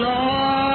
Lord